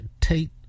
Tate